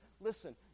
listen